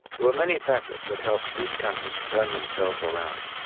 there were many factors that helped these countries turn themselves around,